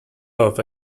off